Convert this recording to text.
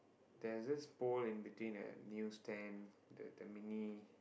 there's this pole in between the new stand the the mini